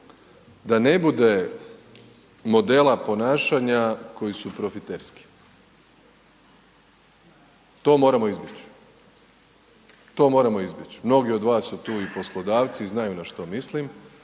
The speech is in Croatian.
da ne bude modela ponašanja koji su profiterski, to moramo izbjeć, to moramo izbjeć. Mnogi od vas su tu i poslodavci i znaju na što mislim,